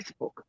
Facebook